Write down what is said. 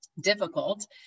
difficult